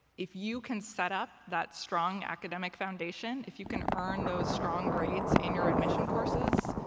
if you can set up that strong academic foundation, if you can earn those strong grades in your admission courses,